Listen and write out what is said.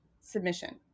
submission